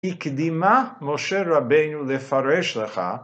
הקדימה, משה רבנו לפרש לך.